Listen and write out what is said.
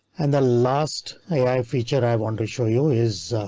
and the last ai feature i want to show you is.